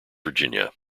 virginia